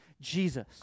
Jesus